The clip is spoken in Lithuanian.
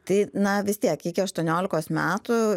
tai na vis tiek iki aštuoniolikos metų